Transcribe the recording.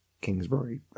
Kingsbury